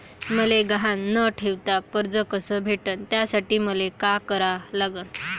मले गहान न ठेवता कर्ज कस भेटन त्यासाठी मले का करा लागन?